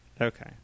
Okay